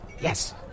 Yes